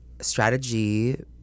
strategy